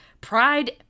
Pride